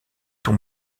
ton